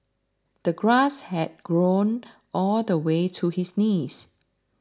the grass had grown all the way to his knees